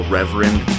Reverend